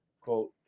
quote